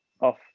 Off